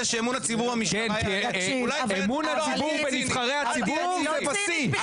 שאמון הציבור --- אמון הציבור בנבחרי הציבור זה בשיא.